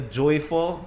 joyful